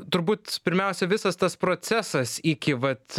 turbūt pirmiausia visas tas procesas iki vat